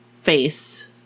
face